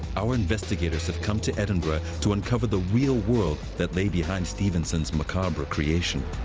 our investigators have come to edinburgh to uncover the real world that lay behind stevenson's macabre creation.